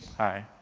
hi.